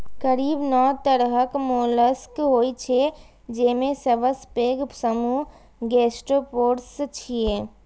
करीब नौ तरहक मोलस्क होइ छै, जेमे सबसं पैघ समूह गैस्ट्रोपोड्स छियै